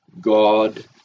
God